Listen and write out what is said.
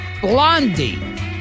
Blondie